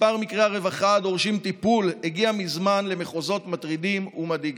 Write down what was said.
מספר מקרי הרווחה הדורשים טיפול הגיע מזמן למחוזות מטרידים ומדאיגים.